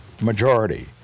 majority